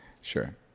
Sure